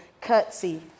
curtsy